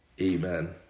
Amen